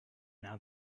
now